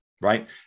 right